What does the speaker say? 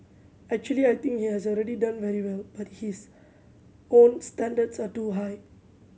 actually I think he has already done very well but his own standards are too high